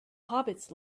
hobbits